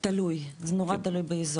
תלוי, זה נורא תלוי באזור.